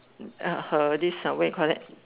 uh her this uh what you call that